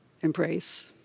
embrace